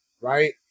right